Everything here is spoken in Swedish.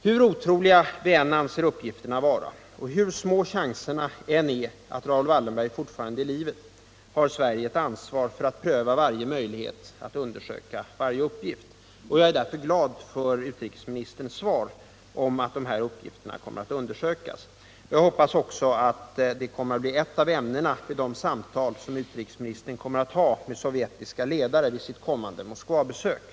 Hur otroliga vi än anser uppgifterna vara och hur små chanserna än är att Raoul Wallenberg fortfarande är i livet har Sverige ett ansvar att pröva varje möjlighet, att undersöka varje uppgift. Jag är därför glad för utrikesministerns svar, att de här uppgifterna kommer att undersökas. Jag hoppas att det också blir ett av ämnena vid de samtal som utrikesministern kommer att ha med sovjetiska ledare vid sitt kommande Moskvabesök.